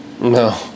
no